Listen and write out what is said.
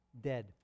dead